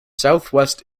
southwest